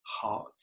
heart